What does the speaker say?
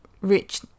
rich